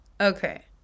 Okay